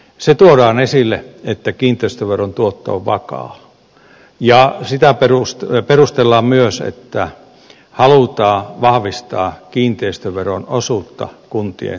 se tuodaan esille että kiinteistöveron tuotto on vakaa ja sitä perustellaan myös että halutaan vahvistaa kiinteistöveron osuutta kuntien tulopohjassa